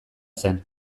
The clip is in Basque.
zen